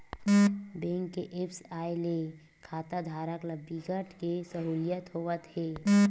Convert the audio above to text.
bank के apps आए ले खाताधारक ल बिकट के सहूलियत होवत हे